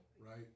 right